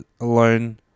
Alone